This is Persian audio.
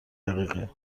دقیقه